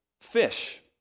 fish